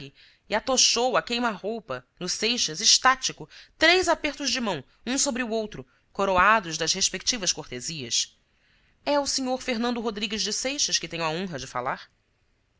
e atochou à queima-roupa no seixas estático três apertos de mão um sobre o outro coroados das respectivas cortesias é ao sr fernando rodrigues de seixas que tenho a honra de falar